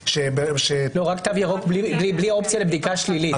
לא, רק תו ירוק בלי אופציה לבדיקה שלילית.